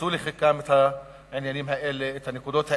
יאמצו לחיקם את העניינים האלה, את הנקודות האלה,